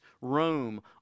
Rome